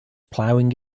plowing